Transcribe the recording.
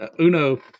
Uno